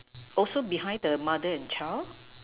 also behind the mother and child